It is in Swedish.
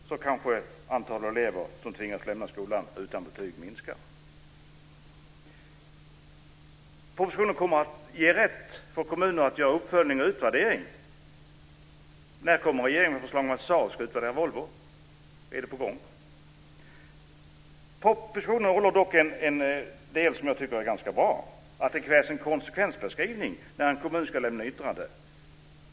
Då skulle kanske antalet elever som tvingas lämna skolan utan betyg minska. I propositionen föreslås att kommuner ska få rätt till uppföljning och utvärdering. När kommer regeringen med förslag om att Saab ska utvärdera Volvo? Är det på gång? Propositionen innehåller dock en del som jag tycker är ganska bra, nämligen att det ska krävas en konsekvensbeskrivning när en kommun ska avlämna ett yttrande.